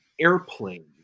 airplane